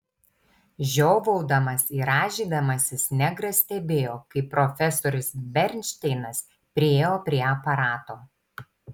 žiovaudamas ir rąžydamasis negras stebėjo kaip profesorius bernšteinas priėjo prie aparato